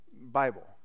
Bible